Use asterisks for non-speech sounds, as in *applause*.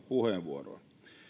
*unintelligible* puheenvuoroa